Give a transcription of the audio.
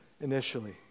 initially